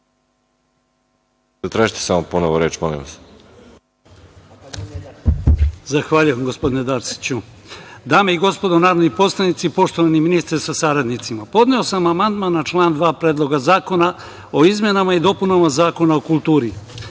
Zahvaljujem. Dame i gospodo narodni poslanici, poštovani ministre sa saradnicima, podneo sam amandman na član 2. Predloga zakona o izmenama i dopunama Zakona o kulturi.